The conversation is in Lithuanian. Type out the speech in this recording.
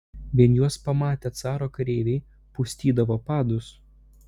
vien juos pamatę caro kareiviai pustydavo padus